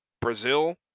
Brazil